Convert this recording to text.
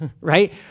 right